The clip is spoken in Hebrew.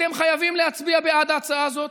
אתם חייבים להצביע בעד ההצעה הזאת,